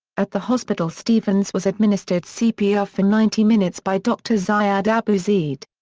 at the hospital stevens was administered cpr for ninety minutes by dr. ziad abu zeid.